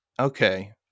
Okay